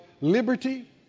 liberty